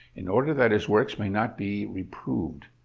in order that his works may not be reproved.